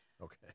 Okay